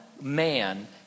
man